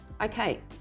okay